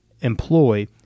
employ